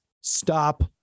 stop